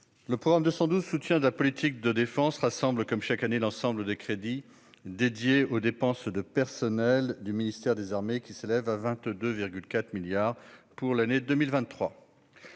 le programme 212, « Soutien de la politique de la défense », rassemble comme chaque année l'ensemble des crédits dédiés aux dépenses de personnel du ministère des armées, qui s'élèvent à 22,4 milliards d'euros pour l'année 2023.